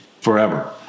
forever